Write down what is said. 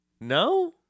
No